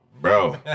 Bro